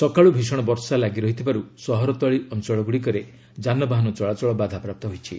ସକାଳୁ ଭୀଷଣ ବର୍ଷା ଲାଗି ରହିଥିବାର୍ତ ସହରର ତଳି ଅଞ୍ଚଳଗ୍ରଡ଼ିକରେ ଯାନବାହନ ଚଳାଚଳ ବାଧାପ୍ରାପ୍ତ ହୋଇଛି